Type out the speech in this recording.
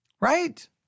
Right